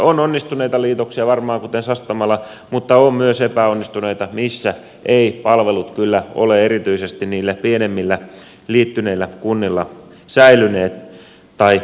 on onnistuneita liitoksia varmaan kuten sastamala mutta on myös epäonnistuneita missä eivät palvelut kyllä ole erityisesti niillä pienemmillä liittyneillä kunnilla säilyneet tai parantuneet